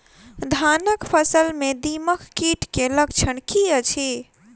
धानक फसल मे दीमक कीट केँ लक्षण की अछि?